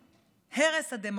הרס הדמוקרטיה